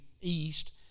east